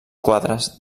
quadres